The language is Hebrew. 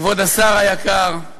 כבוד השר היקר,